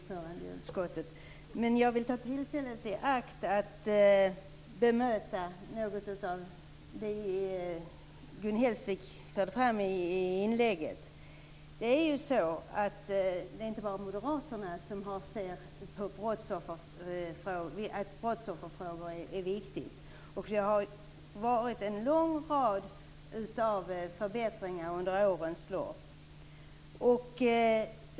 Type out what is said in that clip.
Fru talman! Tack, ordförande i utskottet! Jag vill ta tillfället i akt och bemöta något av det Gun Hellsvik förde fram in sitt inlägg. Det är inte bara Moderaterna som anser att brottsofferfrågor är viktiga. Det har gjorts en lång rad förbättringar under årens lopp.